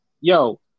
yo